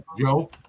Joe